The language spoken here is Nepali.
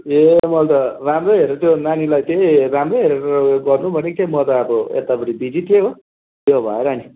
ए मैले त राम्रै हेरेर त्यो नानीलाई चाहिँ नि राम्रै हेरेर गर्नु भनेको थिएँ म त अब यतापट्टि बिजी थिएँ हो त्यो भएर नि